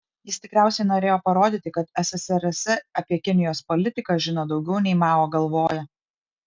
jis tikriausiai norėjo parodyti kad ssrs apie kinijos politiką žino daugiau nei mao galvoja